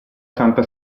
santa